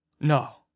No